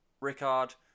Rickard